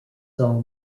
saw